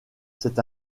c’est